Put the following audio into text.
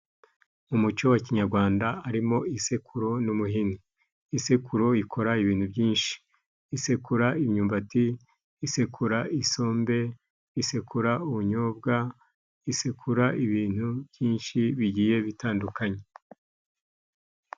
Mu muco wa kinyarwanda, harimo isekuro n'umuhini. Isekururo ikora ibintu byinshi: isekura imyumbati, isekura isombe, isekura ubunyobwa, isekura ibintu byinshi bigiye bitandukanye.